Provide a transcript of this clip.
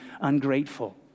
ungrateful